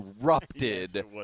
erupted